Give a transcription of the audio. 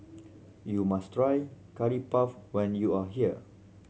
you must try Curry Puff when you are here